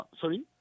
Sorry